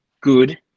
good